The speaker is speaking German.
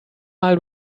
mal